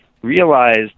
realized